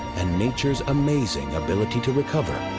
and nature's amazing ability to recover